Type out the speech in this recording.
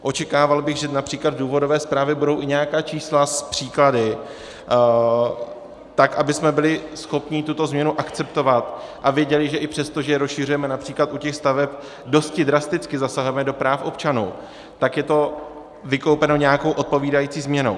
Očekával bych, že například v důvodové zprávě budou i nějaká čísla s příklady, tak abychom byli schopni tuto změnu akceptovat a věděli, že i přesto, že je rozšiřujeme například u těch staveb, dosti drasticky zasahujeme do práv občanů, tak je to vykoupeno nějakou odpovídající změnou.